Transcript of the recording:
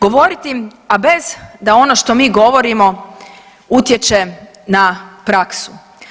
Govoriti, a bez da ono što mi govorimo utječe na praksu.